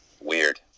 Weird